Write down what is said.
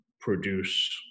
produce